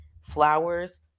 flowers